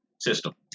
system